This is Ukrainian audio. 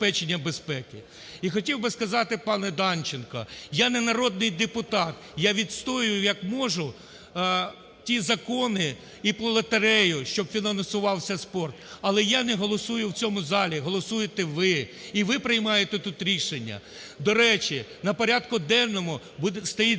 безпеки? І хотів би сказати пану Данченку. Я не народний депутат, я відстоюю, як можу, ті закони і пул лотерею, щоб фінансувався спорт, але я не голосую в цьому залі, голосуєте ви і ви приймаєте тут рішення. До речі, на порядку денному стоїть